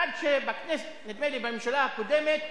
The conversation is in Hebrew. עד שבכנסת נדמה לי בממשלה הקודמת,